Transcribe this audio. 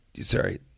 sorry